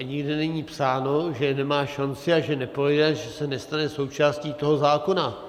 A nikde není psáno, že nemá šanci a že neprojde a že se nestane součástí toho zákona.